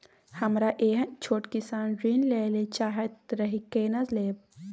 हमरा एहन छोट किसान ऋण लैले चाहैत रहि केना लेब?